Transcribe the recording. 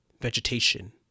vegetation